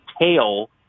tail